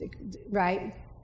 right